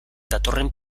datorren